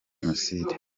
jenoside